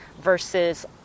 versus